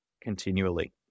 continually